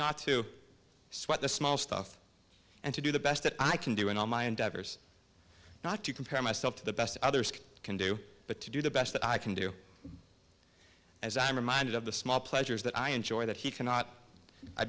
not to sweat the small stuff and to do the best that i can do in all my endeavors not to compare myself to the best others can do but to do the best that i can do as i am reminded of the small pleasures that i enjoy that he cannot i